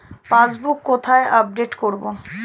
Passbook কোথায় update করব?